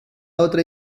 otra